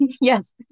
yes